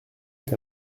est